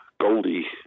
Goldie